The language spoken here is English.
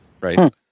Right